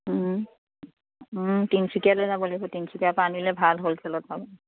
তিনিচুকীয়া লৈ যাব লাগিব তিনিচুকীয়াৰ পৰা আনিলে ভাল হ'লচেলত পাব